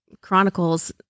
chronicles